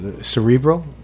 cerebral